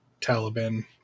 Taliban